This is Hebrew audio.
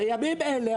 בימים אלה,